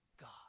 God